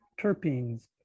terpenes